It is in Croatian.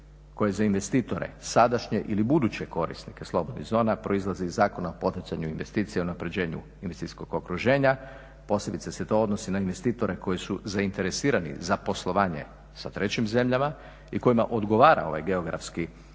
koje za investitore sadašnje ili buduće korisnike slobodnih zona proizlazi iz Zakona o poticanju investicija unapređenju investicijskog okruženja posebice se to odnosi na investitore koji su zainteresirani za poslovanje sa trećim zemljama i kojima odgovara ovaj geografski